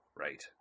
Right